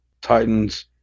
Titans